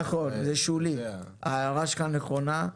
נכון, זה שולי, ההערה שלך נכונה.